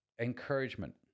encouragement